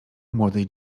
młodej